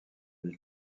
vie